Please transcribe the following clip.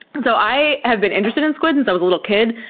and so i have been interested in squid since i was a little kid,